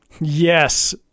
yes